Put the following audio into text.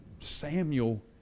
Samuel